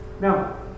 Now